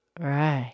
Right